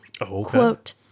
quote